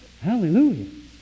Hallelujah